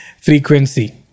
frequency